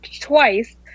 twice